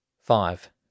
Five